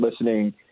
listening